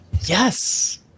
Yes